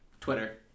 Twitter